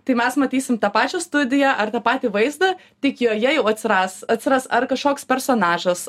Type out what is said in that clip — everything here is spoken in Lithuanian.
tai mes matysim tą pačią studiją ar tą patį vaizdą tik joje jau atsiras atsiras ar kažkoks personažas